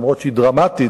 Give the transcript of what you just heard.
למרות היותה דרמטית,